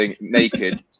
naked